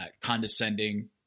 Condescending